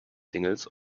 singles